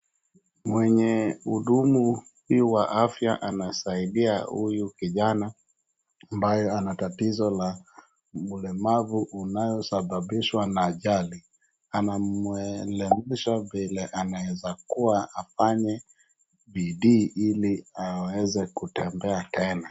Mwenye hudumu huyu wa afya anasaidia huyu kijana ambaye ana tatizo la ulemavu unaosababishwa na ajali. Anamwelimisha vile anaeza kuwa afanye bidii ili aweze kutembea tena.